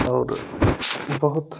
और बहुत